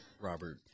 Robert